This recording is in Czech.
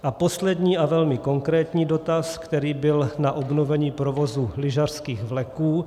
A poslední velmi konkrétní dotaz, který byl na obnovení provozu lyžařských vleků.